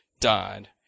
died